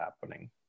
happening